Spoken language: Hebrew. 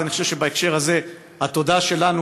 אז אני חושב שבהקשר הזה התודה שלנו,